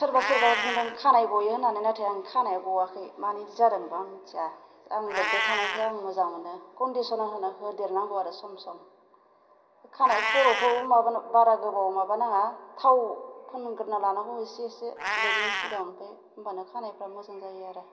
सोरबा सोरबा बुंदों खानाय ग'यो होन्नानै नाथाय आंनि खानाया ग'वाखै मानो बिदि जादों बेबा आं मिथिया आं लोबबाय थानायखाय आं मोजां मोनो कन्डिस'नार होदेरनांगौ आरो सम सम खानाय खर'खौ माबा बारा गोबाव माबा नाङा थाव फुनग्रोना लानांगौ एसे एसे लोबैनि सिगां ओमफ्राय होनबाना खानायफ्रा मोजां जायो आरो